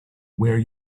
where